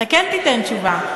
אתה כן תיתן תשובה.